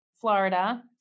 Florida